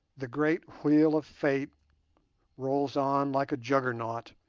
the great wheel of fate rolls on like a juggernaut,